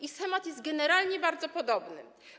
Ich schemat jest generalnie bardzo podobny.